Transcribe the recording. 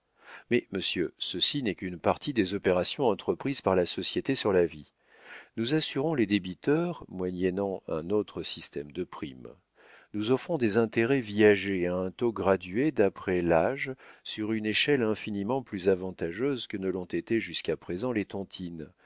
mais monsieur ceci n'est qu'une partie des opérations entreprises par la société sur la vie nous assurons les débiteurs moyennant un autre système de primes nous offrons des intérêts viagers à un taux gradué d'après l'âge sur une échelle infiniment plus avantageuse que ne l'ont été jusqu'à présent les tontines